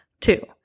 Two